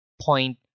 point